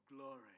glory